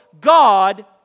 God